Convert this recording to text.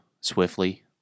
swiftly